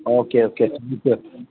okay okay